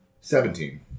Seventeen